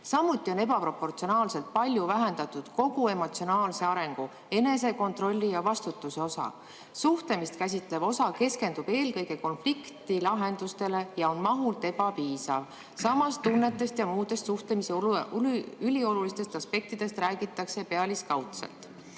Samuti on ebaproportsionaalselt palju vähendatud kogu emotsionaalse arengu, enesekontrolli ja vastutuse osa. Suhtlemist käsitlev osa keskendub eelkõige konflikti lahendustele ja on mahult ebapiisav. Samas, tunnetest ja muudest suhtlemise üliolulistest aspektidest räägitakse pealiskaudselt.